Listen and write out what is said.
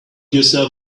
yourself